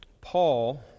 Paul